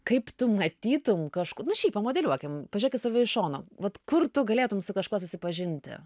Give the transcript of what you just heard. kaip tu matytum kažkur nu šiaip pamodeliuokim pažiūrėk į save iš šono vat kur tu galėtum su kažkuo susipažinti